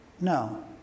No